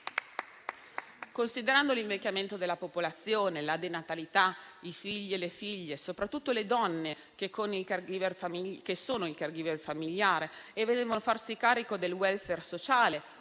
Considerando l'invecchiamento della popolazione e la denatalità, i figli e le figlie, soprattutto le donne che sono i *caregiver* familiari e devono farsi carico del *welfare* sociale